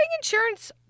insurance